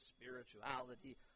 spirituality